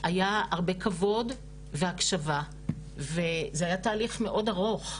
היה הרבה כבוד והקשבה וזה היה תהליך מאוד ארוך,